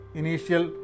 initial